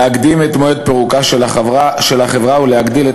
להקדים את מועד פירוקה של החברה ולהגדיל את